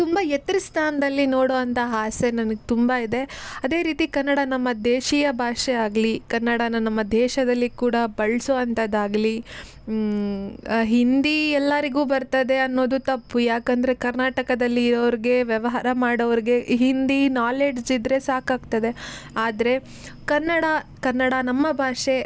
ತುಂಬ ಎತ್ತರ ಸ್ಥಾನದಲ್ಲಿ ನೋಡುವಂಥ ಆಸೆ ನನಗೆ ತುಂಬ ಇದೆ ಅದೇ ರೀತಿ ಕನ್ನಡ ನಮ್ಮ ದೇಶೀಯ ಭಾಷೆ ಆಗಲಿ ಕನ್ನಡನ ನಮ್ಮ ದೇಶದಲ್ಲಿ ಕೂಡ ಬಳಸ್ವಂಥದ್ದು ಆಗಲಿ ಹಿಂದಿ ಎಲ್ಲರಿಗೂ ಬರ್ತದೆ ಅನ್ನೋದು ತಪ್ಪು ಯಾಕಂದರೆ ಕರ್ನಾಟಕದಲ್ಲಿ ಇರೋರಿಗೆ ವ್ಯವಹಾರ ಮಾಡೋವರಿಗೆ ಹಿಂದಿ ನಾಲೆಡ್ಜ್ ಇದ್ದರೆ ಸಾಕಾಗ್ತದೆ ಆದರೆ ಕನ್ನಡ ಕನ್ನಡ ನಮ್ಮ ಭಾಷೆ